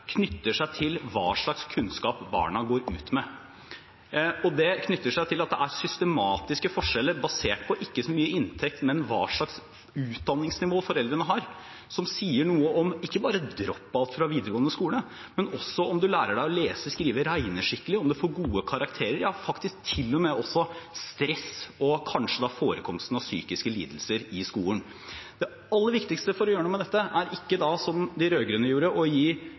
knytter seg til hva slags kunnskap barna går ut med. Det knytter seg til at det er systematiske forskjeller basert ikke så mye på inntekt, men på hva slags utdanningsnivå foreldrene har. Det sier noe ikke bare om drop-out fra videregående skole, men også om du lærer deg å lese, skrive og regne skikkelig, om du får gode karakterer, ja faktisk til og med også om stress og kanskje forekomsten av psykiske lidelser i skolen. Det aller viktigste for å gjøre noe med dette er ikke da som de rød-grønne gjorde, å gi